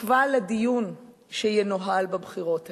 בתקווה לדיון שינוהל בבחירות האלה.